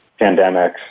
pandemics